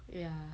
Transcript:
ya